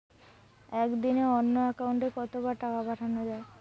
একদিনে অন্য একাউন্টে কত বার টাকা পাঠানো য়ায়?